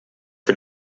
für